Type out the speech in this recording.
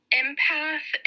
empath